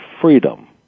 freedom